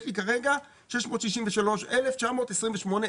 יש לי כרגע 663,928 זכאים.